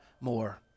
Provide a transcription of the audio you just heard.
more